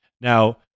Now